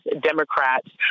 Democrats